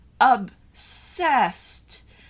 obsessed